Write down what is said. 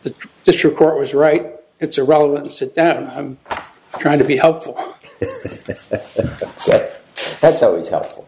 the district court was right it's irrelevant to sit down and i'm trying to be helpful that's always helpful